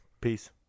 Peace